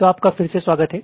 तो आपका फिर से स्वागत है